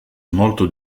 molto